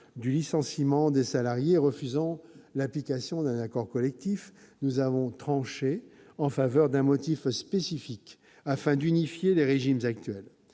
du licenciement des salariés refusant l'application d'un accord collectif, nous avons tranché en faveur d'un motif spécifique afin d'unifier les régimes actuels.